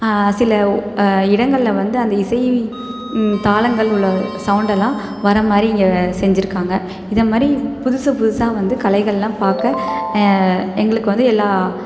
சில இடங்களில் வந்து அந்த இசை தாளங்கள் உள்ள சவுண்டெல்லாம் வர மாதிரி இங்கெ செஞ்சுருக்காங்க இதை மாதிரி புதுசு புதுசாக வந்து கலைகளெலாம் பார்க்க எங்களுக்கு வந்து எல்லா